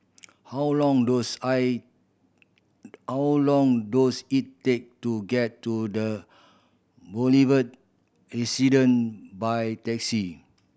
how long does I how long does it take to get to The Boulevard Resident by taxi